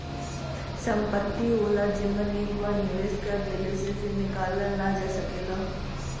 संपत्ति होला जेमन एक बार निवेस कर देले से फिर निकालल ना जा सकेला